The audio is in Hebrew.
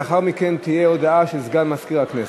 לאחר מכן תהיה הודעה של סגן מזכירת הכנסת.